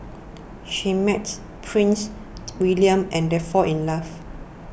she meets Prince Siegfried and they fall in love